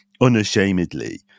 unashamedly